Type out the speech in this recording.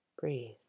Breathe